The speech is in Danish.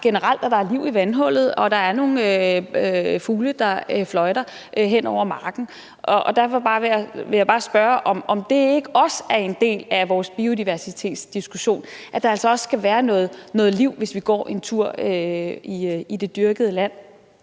generelt, at der er liv i vandhullet, og at der er nogle fugle, der fløjter hen over marken. Derfor vil jeg bare spørge, om det ikke også er en del af vores biodiversitetsdiskussion, nemlig at der altså også skal være noget liv, hvis vi går en tur i det dyrkede land?